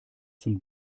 zum